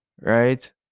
right